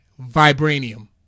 vibranium